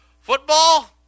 football